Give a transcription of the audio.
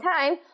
time